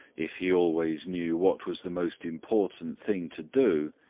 if he always knew what was the most important thing to do,